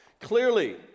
Clearly